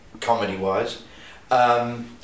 comedy-wise